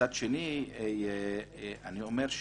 מצד שני, כאשר